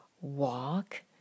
walk